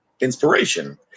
inspiration